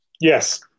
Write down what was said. Yes